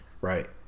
right